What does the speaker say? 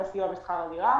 הביטחון.